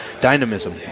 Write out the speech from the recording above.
dynamism